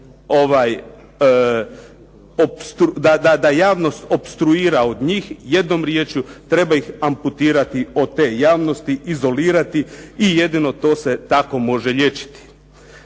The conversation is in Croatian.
da javnost opstruira od njih, jednom riječju treba ih amputirati od te javnosti, izolirati i jedino to se tako može liječiti.